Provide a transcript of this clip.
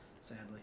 sadly